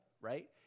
right